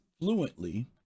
fluently